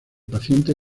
paciente